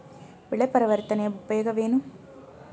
ಬೆಳೆ ಪರಿವರ್ತನೆಯ ಉಪಯೋಗವೇನು?